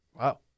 wow